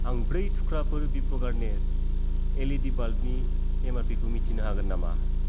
आं ब्रै थुख्राफोर विप्र' गार्नेट एल इ डि बाल्बनि एम आर पि खौ मिथिनो हागोन नामा